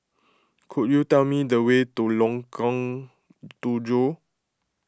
could you tell me the way to Lengkong Tujuh